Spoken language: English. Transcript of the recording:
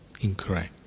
incorrect